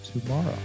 tomorrow